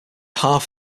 half